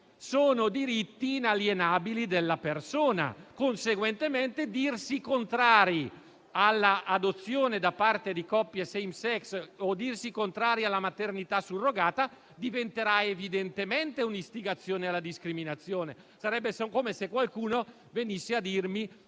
sono diritti inalienabili della persona. Conseguentemente, dirsi contrari all'adozione da parte di coppie *same sex* o dirsi contrari alla maternità surrogata diventerà evidentemente un'istigazione alla discriminazione; sarebbe come se qualcuno venisse a dirmi